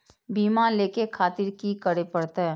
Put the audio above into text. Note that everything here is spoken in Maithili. बीमा लेके खातिर की करें परतें?